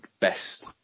best